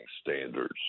standards